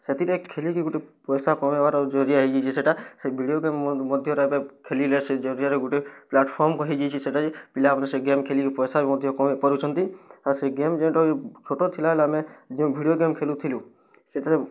ସେଥିରେ ଖେଳିକି ଗୁଟେ ପଇସା କମାଇବାର୍ ଜରିଆ ହେଇଯାଇଛି ସେଇଟା ସେଇ ଭିଡ଼ିଓ ଗେମ୍ ମଧ୍ୟରେ ଏବେ ଖେଲିଲେ ସେ ଜରିଆରେ ଗୁଟେ ପ୍ଲାଟ୍ଫର୍ମ ହେଇଯାଇଛି ସେଇଟା ପିଲାମାନେ ସେ ଗେମ୍ ଖେଳିକି ପଇସା ମଧ୍ୟ କମାଇ ପାରୁଛନ୍ତି ଆଉ ସେଇ ଗେମ୍ ଯେନ୍ତା କି ଛୋଟ ଥିଲା ବେଳେ ଆମେ ଯେଉଁ ଭିଡ଼ିଓ ଗେମ୍ ଖେଲୁଥିଲୁ ସେଇଟାରେ